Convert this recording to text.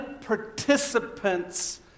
participants